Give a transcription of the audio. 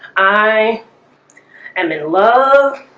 i am in love,